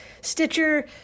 Stitcher